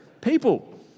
people